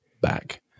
back